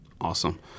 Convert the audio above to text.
Awesome